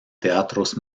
teatros